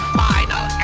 final